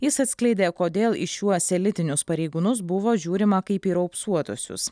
jis atskleidė kodėl į šiuos elitinius pareigūnus buvo žiūrima kaip į raupsuotuosius